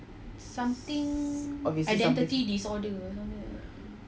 s~ say some